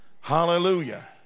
hallelujah